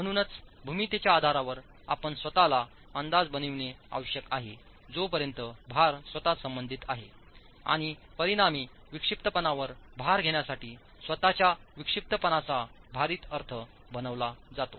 म्हणूनच भूमितीच्या आधारावर आपण स्वत ला अंदाज बनविणे आवश्यक आहे जोपर्यंत भार स्वतःच संबंधित आहे आणि परिणामी विक्षिप्तपणावर भार घेण्यासाठी स्वत च्या विक्षिप्तपणाचा भारित अर्थ बनविला जातो